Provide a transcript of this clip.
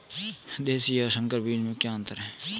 देशी और संकर बीज में क्या अंतर है?